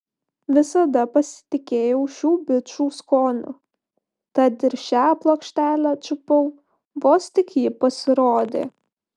visada pasitikėjau šių bičų skoniu tad ir šią plokštelę čiupau vos tik ji pasirodė